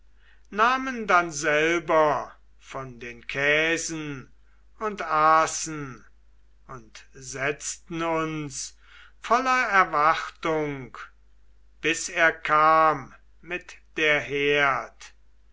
nahmen dann selber von den käsen und aßen und setzten uns voller erwartung bis er kam mit der herd